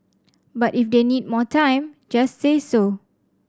but if they need more time just say so